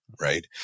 right